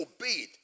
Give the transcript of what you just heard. obeyed